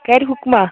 کَرِ حُکمہ